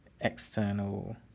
external